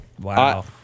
Wow